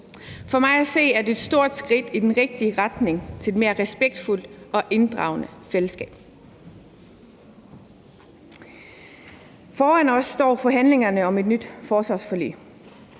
For mig at se er det et stort skridt i den rigtige retning mod et mere respektfuldt og inddragende fællesskab. Kl. 23:07 Foran os ligger forhandlingerne om et nyt forsvarsforlig.